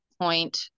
point